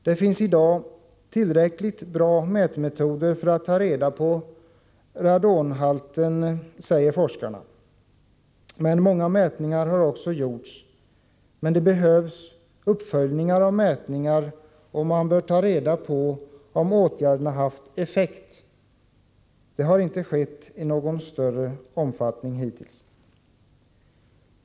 Det finns i dag tillräckligt bra mätmetoder för att ta reda på radonhalten, säger forskarna. Många mätningar har också gjorts, men det behövs uppföljningar av mätningar, och man bör ta reda på vad åtgärderna haft för effekt. Det har inte skett i någon större omfattning hittills.